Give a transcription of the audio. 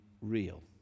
real